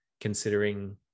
considering